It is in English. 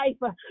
life